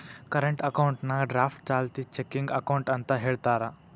current ಅಕೌಂಟ್ನಾ draft ಚಾಲ್ತಿ checking account ಅಂತ ಹೇಳ್ತಾರ